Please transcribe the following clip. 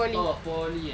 oh poly eh